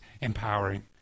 empowering